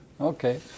Okay